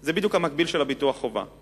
הוא בדיוק המקביל של ביטוח החובה.